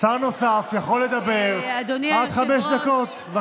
שר נוסף יכול לדבר עד חמש דקות.